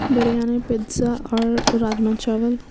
biryani pizza اور راجما چاول